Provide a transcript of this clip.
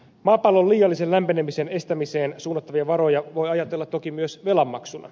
maapallon liiallisen lämpenemisen estämiseen suunnattavia varoja voi ajatella toki myös velanmaksuna